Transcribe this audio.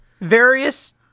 various